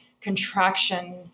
contraction